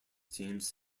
teams